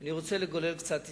אני רוצה לגולל קצת היסטוריה.